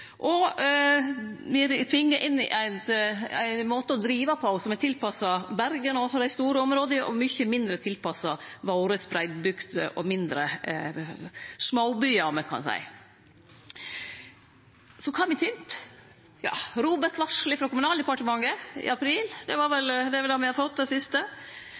og me vart tvinga inn i ein måte å drive på som er tilpassa Bergen og dei store områda og mykje mindre tilpassa spreiddbygde område og mindre småbyar, kan me seie. Så kva har me tent? ROBEK-varsel frå Kommunaldepartementet i april – det er vel det siste me har fått. Og så nokre utfall mot bokbåten, og det